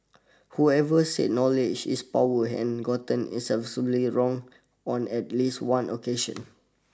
whoever said knowledge is power gotten it absolutely wrong on at least one occasion